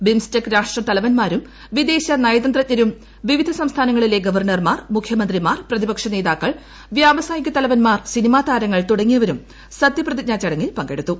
BIMSTEC രാഷ്ട്ര തലവൻമാരും വിദേശ നയതന്ത്രജ്ഞരും വിവിധ സംസ്ഥാനങ്ങളിലെ ഗവർണർമാർ മുഖ്യമന്ത്രിമാർ പ്രതിപക്ഷനേതാക്കൾ വ്യാവസായിക തലവൻമാർ സിനിമാതാരങ്ങൾ തുടങ്ങിയവരും സത്യപ്രതിജ്ഞാ ചടങ്ങിൽ പങ്കെടുത്തു